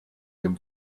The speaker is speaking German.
den